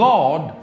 God